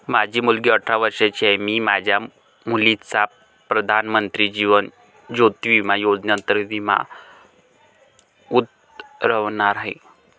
माझी मुलगी अठरा वर्षांची आहे, मी माझ्या मुलीचा प्रधानमंत्री जीवन ज्योती विमा योजनेअंतर्गत विमा उतरवणार आहे